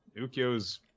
Ukyo's